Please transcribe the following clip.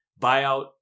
buyout